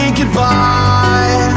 goodbye